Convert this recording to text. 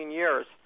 years